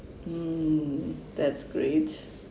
mm that's great